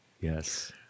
Yes